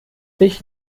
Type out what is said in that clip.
ich